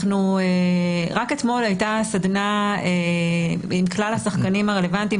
רק אתמול הייתה סדנה עם כלל השחקנים הרלוונטיים,